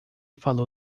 falou